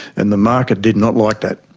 and the market did not like that.